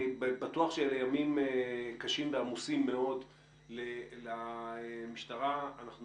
אני בטוח שאלה ימים קשים ועמוסים מאוד למשטרה ואנחנו